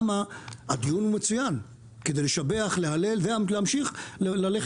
הדיון מצוין כדי לשבח להלל ולהמשיך ללכת